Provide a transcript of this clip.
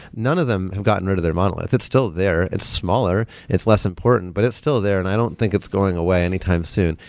none of them have gotten rid of their model if it's still there, it's smaller, it's less important, but it's still there and i don't think it's going away anytime soon.